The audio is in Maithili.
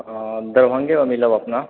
ओ दरभंगे मे मिलब अपना